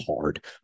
hard